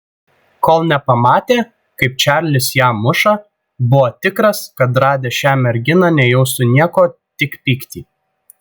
kol nepamatė kaip čarlis ją muša buvo tikras kad radęs šią merginą nejaustų nieko tik pyktį